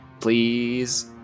Please